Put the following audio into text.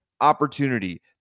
opportunity